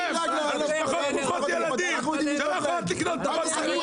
------ משפחות ברוכות ילדים לא יכולות לקנות אוכל